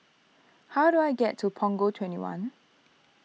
how do I get to Punggol twenty one